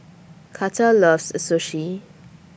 Karter loves Sushi